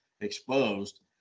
exposed